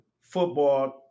football